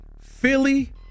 Philly